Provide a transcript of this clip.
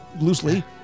loosely